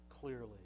clearly